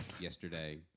Yesterday